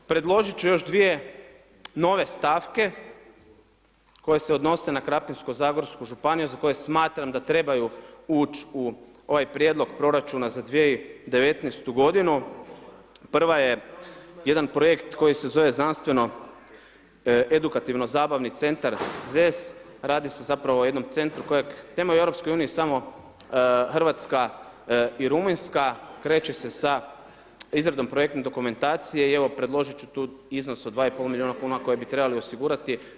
Predložiti ću još 2 nove stavke, koje se odnose na Krapinsko zagorsku županiju za koje smatram da trebaju ući u ovaj prijedlog proračuna za 2019. g. prva je jedan projekt koji se zove znanstveno edukativno zabavni centar ZES radi se zapravo o jednom centru kojeg … EU samo Hrvatska i Rumunjska, kreće se sa izradom projektne dokumentacije i evo, predložiti ću tu iznos od 2,5 milijuna kn, koje bi trebali osigurati.